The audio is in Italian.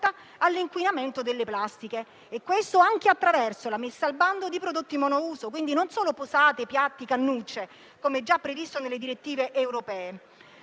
all'inquinamento delle plastiche, e questo anche attraverso la messa al bando di prodotti monouso, che non sono solo posate, piatti e cannucce - come già previsto nelle direttive europee